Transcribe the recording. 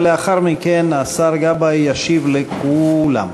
ולאחר מכן השר גבאי ישיב לכולם.